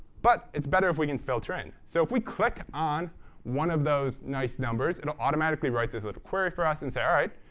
but it's better if we can filter in. so we click on one of those nice numbers, it'll automatically write this little query for us and say, all right.